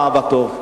באהבתו.